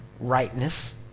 rightness